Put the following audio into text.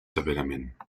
severament